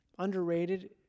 Underrated